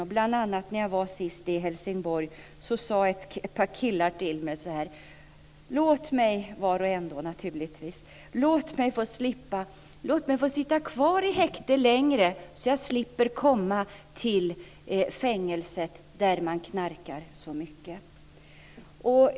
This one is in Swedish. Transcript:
När jag senast var i Helsingborg sade bl.a. ett par killar så här till mig: Låt oss få sitta kvar i häktet längre, så att vi slipper komma till fängelset där man knarkar så mycket!